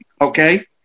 Okay